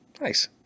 Nice